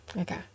Okay